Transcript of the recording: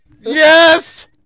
Yes